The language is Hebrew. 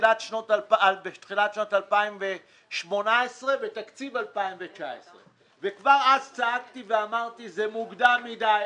בתחילת שנת 2018 בתקציב 2019. כבר אז צעקתי ואמרתי שזה מוקדם מדי,